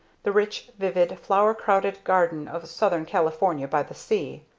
the rich, vivid, flower-crowded garden of southern california by the sea.